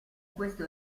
questo